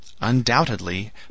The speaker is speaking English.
Undoubtedly